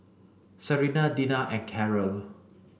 Serena Dinah and Caryl